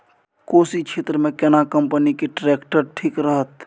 कोशी क्षेत्र मे केना कंपनी के ट्रैक्टर ठीक रहत?